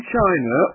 China